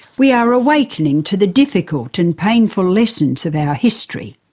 we are awakening to the difficult and painful lessons of our history.